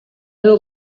algo